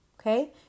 Okay